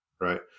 right